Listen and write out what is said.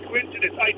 coincidence